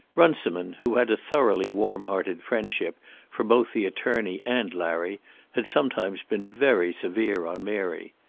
runciman who had a thoroughly warm-hearted friendship for both the attorney and larry had sometimes been very severe on mary.